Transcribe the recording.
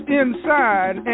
inside